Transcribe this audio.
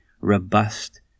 robust